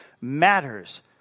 Matters